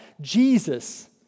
Jesus